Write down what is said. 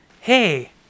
Hey